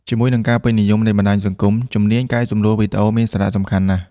ជាមួយនឹងការពេញនិយមនៃបណ្ដាញសង្គម ជំនាញកែសម្រួលវីដេអូមានសារៈសំខាន់ណាស់។